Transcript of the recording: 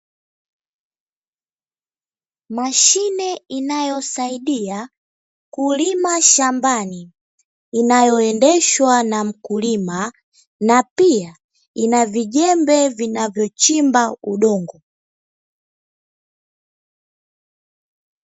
Mashine inayosaidia kulima shambani, inayoendeshwa na mkulima na pia ina vijembe vinavochimba udongo.